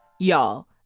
Y'all